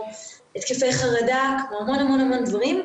התקפי חרדה ודברים נוספים.